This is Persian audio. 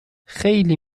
خیلی